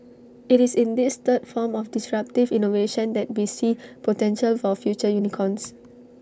IT is in this third form of disruptive innovation that we see potential for future unicorns